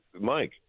Mike